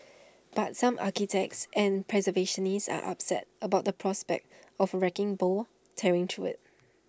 but some architects and preservationists are upset about the prospect of wrecking ball tearing through IT